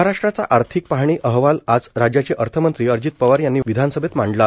महाराष्ट्राचा आर्थिक पाहणी अहवाल आज राज्याचे अर्थमंत्री अजित पवार यांनी विधानसभेत मांडला